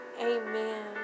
Amen